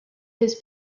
his